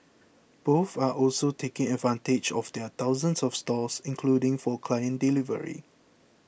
both are also taking advantage of their thousands of stores including for client delivery